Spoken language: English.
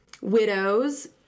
Widows